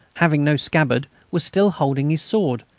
having no scabbard, was still holding his sword,